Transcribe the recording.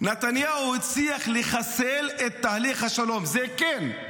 נתניהו הצליח לחסל את תהליך השלום, זה כן,